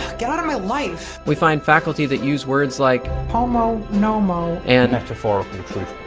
get out of my life. we find faculty that use words like, pomo nomo and metaphorical truth